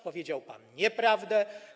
Powiedział pan nieprawdę.